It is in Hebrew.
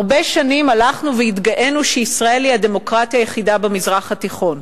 הרבה שנים הלכנו והתגאינו שישראל היא הדמוקרטיה היחידה במזרח התיכון,